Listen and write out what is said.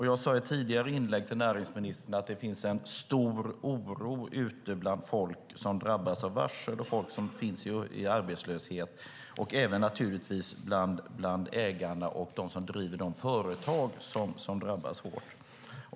Jag sade i ett tidigare inlägg till näringsministern att det finns en stor oro ute bland folk som drabbas av varsel och folk som går ut i arbetslöshet, naturligtvis även bland ägarna och de som driver de företag som drabbas hårt.